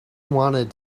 wanted